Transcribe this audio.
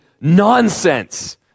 nonsense